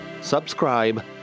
subscribe